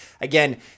again